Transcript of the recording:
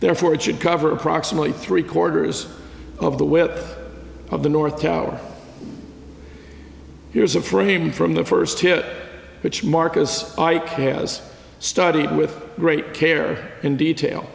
therefore it should cover approximately three quarters of the width of the north tower here's a frame from the first hit which markus ike has studied with great care and detail